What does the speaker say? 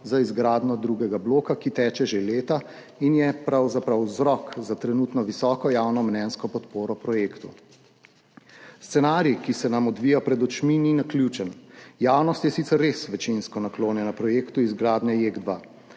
za izgradnjo drugega bloka, ki teče že leta in je pravzaprav vzrok za trenutno visoko javnomnenjsko podporo projektu. Scenarij, ki se nam odvija pred očmi, ni naključen. Javnost je sicer res večinsko naklonjena projektu izgradnje JEK2,